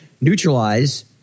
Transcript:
Neutralize